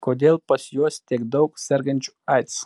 kodėl pas juos tiek daug sergančių aids